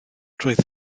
roedd